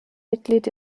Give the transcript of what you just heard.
mitglied